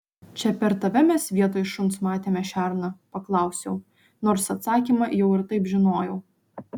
čia per tave mes vietoj šuns matėme šerną paklausiau nors atsakymą jau ir taip žinojau